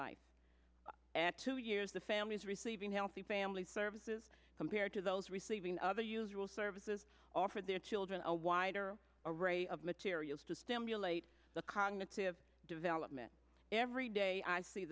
life and two years the family is receiving healthy family services compared to those receiving other usable services offered their children a wider array of materials to stimulate the cognitive development every day i see